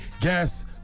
guess